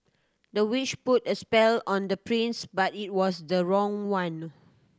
the witch put a spell on the prince but it was the wrong one